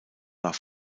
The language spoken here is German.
nach